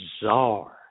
bizarre